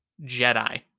Jedi